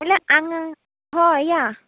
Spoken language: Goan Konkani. म्हळ्या आंगा होय या